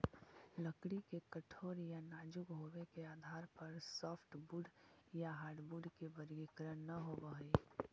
लकड़ी के कठोर या नाजुक होबे के आधार पर सॉफ्टवुड या हार्डवुड के वर्गीकरण न होवऽ हई